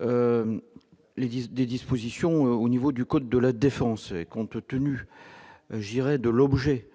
les dix des dispositions au niveau du code de la défense, compte tenu, je dirais de l'objet